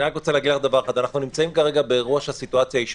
רוצה להגיד לך דבר אחד: אנחנו נמצאים כרגע באירוע שהסיטואציה היא שונה.